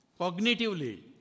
Cognitively